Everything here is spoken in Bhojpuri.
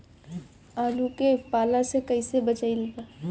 आलु के पाला से कईसे बचाईब?